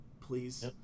please